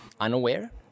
unaware